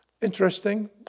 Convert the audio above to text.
interesting